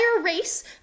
race